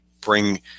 bring